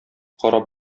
карап